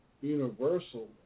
universal